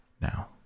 Now